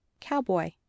Cowboy